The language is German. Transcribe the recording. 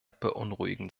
beunruhigend